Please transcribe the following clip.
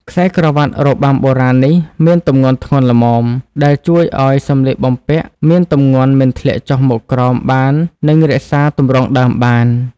ខ្សែក្រវាត់របាំបុរាណនេះមានទម្ងន់ធ្ងន់ល្មម ដែលជួយឲ្យសម្លៀកបំពាក់មានទម្ងន់មិនធ្លាក់ចុះមកក្រោមបាននិងរក្សាទម្រង់ដើមបាន។